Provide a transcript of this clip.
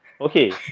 Okay